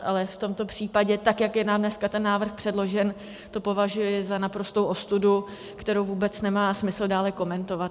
Ale v tomto případě, tak, jak je nám dneska ten návrh předložen, to považuji za naprostou ostudu, kterou vůbec nemá smysl dále komentovat.